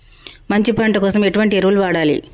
మంచి పంట కోసం ఎటువంటి ఎరువులు వాడాలి?